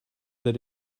that